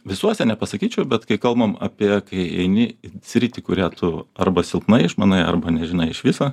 visuose nepasakyčiau bet kai kalbam apie kai eini ir sritį kurią tu arba silpnai išmanai arba nežinai iš viso